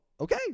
okay